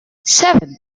seven